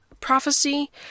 prophecy